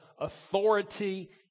authority